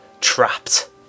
trapped